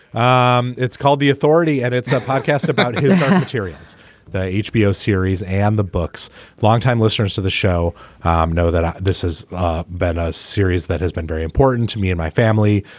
um it's called the authority and it's a podcast about materials the hbo series and the books longtime listeners to the show um know that ah this has ah been a series that has been very important to me and my family.